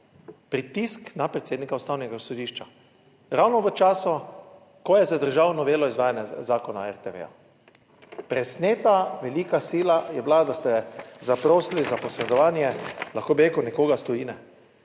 pritisk na predsednika ustavnega sodišča, ravno v času, ko je zadržal novelo izvajanja zakona o RTV. Presneta velika sila je bila, da ste zaprosili za posredovanje lahko bi rekel, nekoga iz tujine.